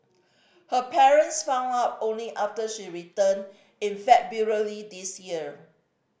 her parents found out only after she returned in February this year